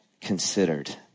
Considered